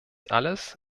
alles